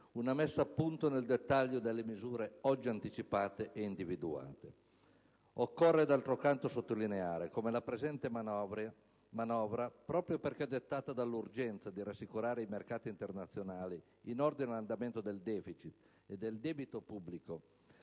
una messa a punto nel dettaglio delle misure oggi anticipate ed individuate. Occorre d'altro canto sottolineare come la presente manovra, proprio perché dettata dall'urgenza di rassicurare i mercati internazionali in ordine all'andamento del *deficit* e del debito pubblico